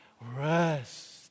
rest